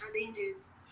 challenges